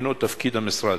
הינו תפקיד המשרד.